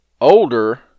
Older